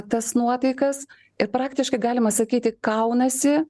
tas nuotaikas ir praktiškai galima sakyti kaunasi